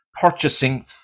purchasing